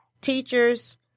teachers